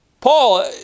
Paul